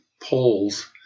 polls